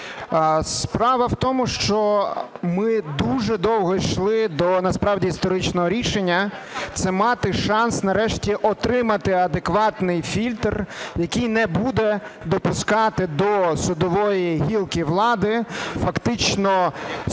Справа в тому, що ми дуже довго йшли до насправді історичного рішення – це мати шанс нарешті отримати адекватний фільтр, який не буде допускати до судової гілки влади фактично суддів